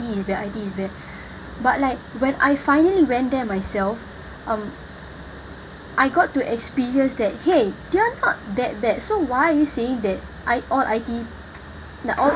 I_T_E is bad I_T_E is bad but like when I finally went there myself um I got to experience that !hey! they are not that bad so why are you saying that I all I_T_E all